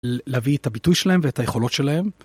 להביא את הביטוי שלהם ואת היכולות שלהם.